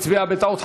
שהצביע בטעות,